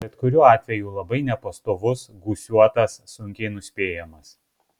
bet kuriuo atveju labai nepastovus gūsiuotas sunkiai nuspėjamas